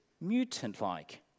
mutant-like